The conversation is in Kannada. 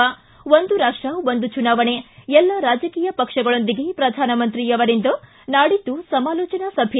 ಿಗಿ ಒಂದು ರಾಷ್ಟ ಒಂದು ಚುನಾವಣೆ ಎಲ್ಲ ರಾಜಕೀಯ ಪಕ್ಷಗಳೊಂದಿಗೆ ಪ್ರಧಾನಮಂತ್ರಿ ಅವರಿಂದ ನಾಡಿದ್ದು ಸಮಾಲೋಚನಾ ಸಭೆ